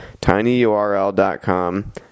tinyurl.com